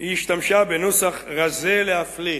השתמשה בנוסח רזה להפליא